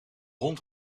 hond